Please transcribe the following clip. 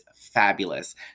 fabulous